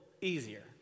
easier